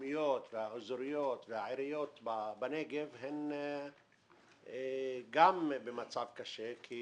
המקומיות והאזוריות והעיריות בנגב הן גם במצב קשה כי